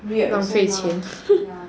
weird also mah ya